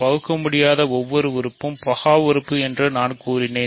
பகுக்கமுடியாதது ஒவ்வொரு உறுப்பு பகா உறுப்பு என்று நான் கூறினேன்